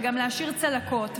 וגם להשאיר צלקות,